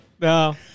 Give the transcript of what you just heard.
No